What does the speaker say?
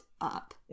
up